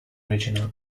regional